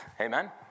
Amen